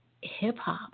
hip-hop